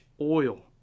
oil